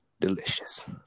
delicious